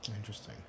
Interesting